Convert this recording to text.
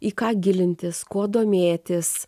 į ką gilintis kuo domėtis